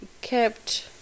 kept